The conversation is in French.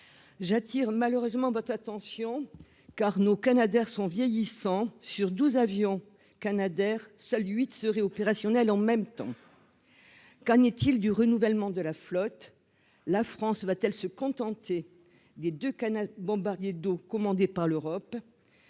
j'attire malheureusement attention car nos Canadairs sont vieillissants sur 12 avions Canadair seuls huit serait opérationnel en même temps qu'en est-il du renouvellement de la flotte, la France va-t-elle se contenter des 2 Canadair bombardiers d'eau, commandé par l'Europe